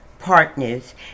partners